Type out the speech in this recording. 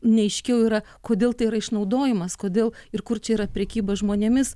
neaiškiau yra kodėl tai yra išnaudojimas kodėl ir kur čia yra prekyba žmonėmis